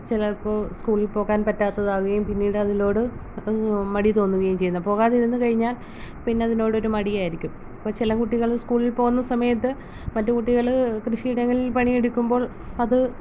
ചിലർക്ക് സ്കൂളിൽ പോകാൻ പറ്റാത്തതാകുകയും പിന്നീടതിലോട്ട് മടി തോന്നുകയും ചെയ്യുന്നത് പോകാതിരുന്നു കഴിഞ്ഞാൽ പിന്നതിനോടൊരു മടിയായിരിക്കും അപ്പോൾ ചില കുട്ടികൾ സ്കൂളിൽ പോകുന്ന സമയത്ത് മറ്റു കുട്ടികൾ കൃഷിയിടങ്ങളിൽ പണിയെടുക്കുമ്പോൾ അത്